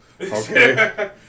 Okay